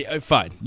Fine